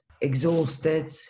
exhausted